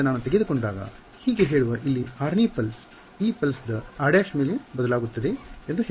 ಆದ್ದರಿಂದ ನಾನು ತೆಗೆದುಕೊಂಡಾಗ ಹೀಗೆ ಹೇಳುವ ಇಲ್ಲಿ 6 ನೇ ಪಲ್ಸ ಈ ಪಲ್ಸ ದ r′ ಮೇಲೆ ಬದಲಾಗುತ್ತದೆ ಎಂದು ಹೇಳೋಣ